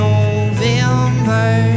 November